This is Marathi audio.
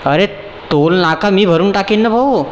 अरे टोल नाका मी भरून टाकेन नं भाऊ